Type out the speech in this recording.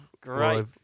great